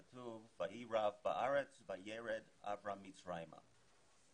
כתוב "ויהי רעב בארץ וירד אברהם מצרימה".